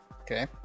Okay